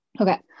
okay